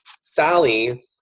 Sally